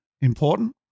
important